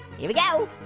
here we go.